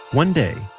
one day,